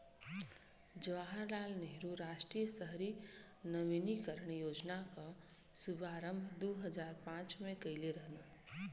जवाहर लाल नेहरू राष्ट्रीय शहरी नवीनीकरण योजना क शुभारंभ दू हजार पांच में कइले रहलन